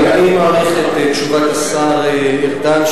אני מעריך את תשובת השר ארדן,